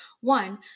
One